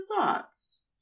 results